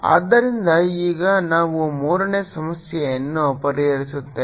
ಆದ್ದರಿಂದ ಈಗ ನಾವು ಮೂರನೇ ಸಮಸ್ಯೆಯನ್ನು ಪರಿಹರಿಸುತ್ತೇವೆ